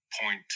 point